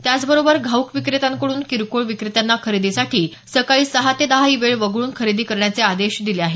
त्याचबरोबर घाऊक विक्रेत्यांकडून किरकोळ विक्रेत्यांना खरेदीसाठी सकाळी सहा ते दहा ही वेळ वगळून खरेदी करण्याचे आदेश दिले आहेत